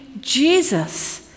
Jesus